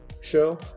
show